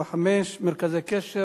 1675: מרכזי קשר.